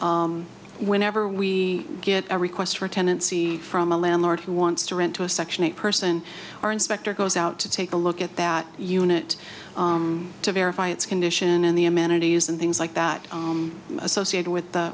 now whenever we get a request for tenancy from a landlord who wants to rent to a section eight person or inspector goes out to take a look at that unit to verify its condition and the amenities and things like that associated with the